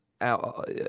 out